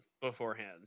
beforehand